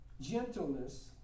gentleness